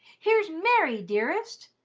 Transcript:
here's mary, dearest,